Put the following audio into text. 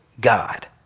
God